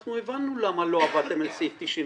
אנחנו הבנו למה לא --- את סעיף 97ב',